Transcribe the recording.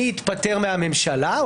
הממשלה.